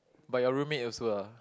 but your roommate also ah